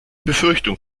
befürchtung